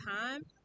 time